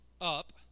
up